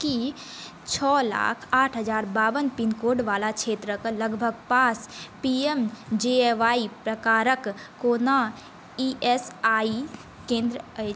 की छओ लाख आठ हजार बावन पिन कोड वला क्षेत्रक लगभग पास P M J A Y प्रकारक कोनो ई एस आई सी केंद्र अछि